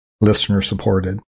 listener-supported